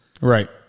Right